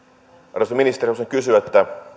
arvoisa ministeri haluaisin kysyä